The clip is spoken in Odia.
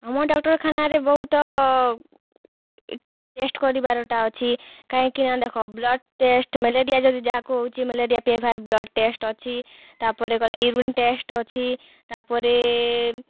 ଆମ ଡକ୍ଟର୍ଖାନରେ ବହୁତ ଟେଷ୍ଟ୍ କରିବାର୍ଟା ଅଛି କାହିଁକିନା ଦେଖ ବ୍ଲଡ଼୍ ଟେଷ୍ଟ୍ ମେଲେରିଆ ଯଦି ଯାହାକୁ ହେଉଛି malaria P F R blood test ଅଛି ତାପରେ ଗଲା ଇଉରିନ୍ ଟେଷ୍ଟ୍ ଅଛି ତାପରେ